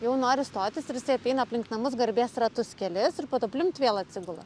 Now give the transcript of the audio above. jau nori stotis ir jisai apeina aplink namus garbės ratus kelis ir po to pliumpt vėl atsigula